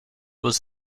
was